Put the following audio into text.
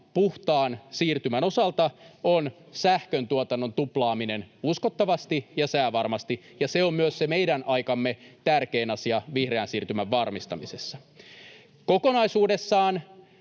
puhtaan siirtymän osalta on sähköntuotannon tuplaaminen uskottavasti ja säävarmasti, ja se on myös se meidän aikamme tärkein asia vihreän siirtymän varmistamisessa. Kokonaisuudessaan